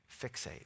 fixate